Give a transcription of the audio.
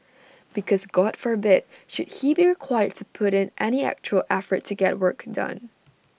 because God forbid should he be required to put in any actual effort to get work done